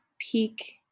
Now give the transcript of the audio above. peak